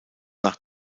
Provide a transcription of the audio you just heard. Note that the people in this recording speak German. nach